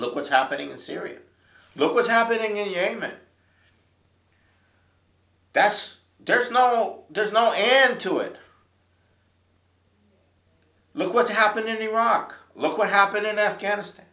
look what's happening in syria look what's happening in yemen that's there's no there's no end to it look what's happening in iraq look what happened in afghanistan